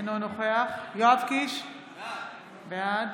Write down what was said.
אינו נוכח יואב קיש, בעד